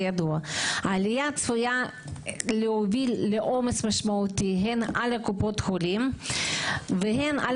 העלייה צפויה להוביל לעומס משמעותי הן על קופות החולים והן על